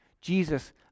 Jesus